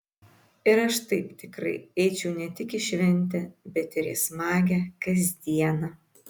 ir aš taip tikrai eičiau ne tik į šventę bet ir į smagią kasdieną